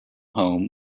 home